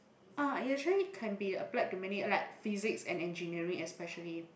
ah it actually can be applied to many like physics and engineering especially